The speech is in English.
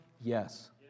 Yes